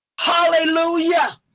hallelujah